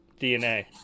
DNA